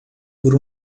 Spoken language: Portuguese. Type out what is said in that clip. por